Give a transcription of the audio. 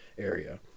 area